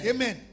Amen